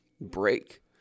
break